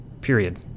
period